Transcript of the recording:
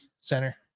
Center